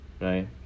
right